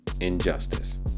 injustice